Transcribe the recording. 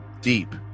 deep